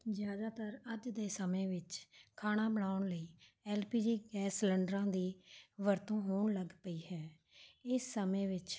ਜ਼ਿਆਦਾਤਰ ਅੱਜ ਦੇ ਸਮੇਂ ਵਿੱਚ ਖਾਣਾ ਬਣਾਉਣ ਲਈ ਐੱਲ ਪੀ ਜੀ ਗੈਸ ਸਿਲੰਡਰਾਂ ਦੀ ਵਰਤੋਂ ਹੋਣ ਲੱਗ ਪਈ ਹੈ ਇਸ ਸਮੇਂ ਵਿੱਚ